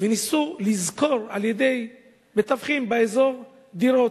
וניסו לשכור, על-ידי מתווכים באזור, דירות.